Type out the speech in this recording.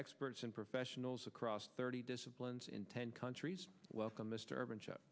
experts and professionals across thirty disciplines in ten countries welcome mr urban sh